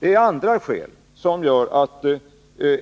Det är andra skäl som gör att